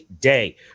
day